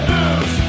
News